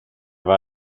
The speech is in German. war